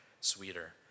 sweeter